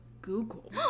Google